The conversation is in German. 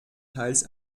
teils